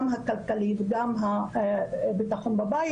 גם הכלכלי וגם ביטחון בבית,